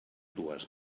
dos